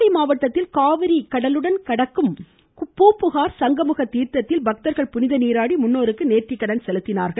நாகை மாவட்டத்தில் காவிரி கடலுடன் கலக்கும் பூம்புகார் சங்கமுக தீர்தத்தில் பக்தர்கள் புனித நீராடி முன்னோர்களுக்கு நோத்திக்கடன் செலுத்தினர்